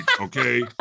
okay